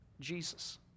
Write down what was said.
Jesus